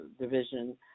division